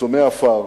מחסומי עפר,